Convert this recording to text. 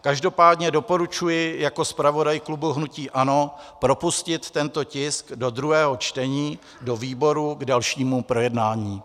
Každopádně doporučuji jako zpravodaj klubu hnutí ANO propustit tento tisk do druhého čtení do výborů k dalšímu projednání.